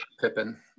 Pippin